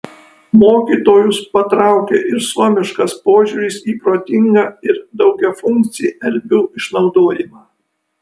mokytojus patraukė ir suomiškas požiūris į protingą ir daugiafunkcį erdvių išnaudojimą